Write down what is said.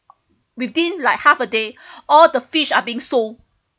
within like half a day all the fish are being sold